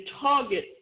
target